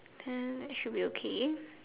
mm that should be okay